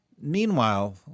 Meanwhile